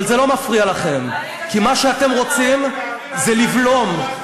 אבל זה לא מפריע לכם, כי מה שאתם רוצים זה לבלום,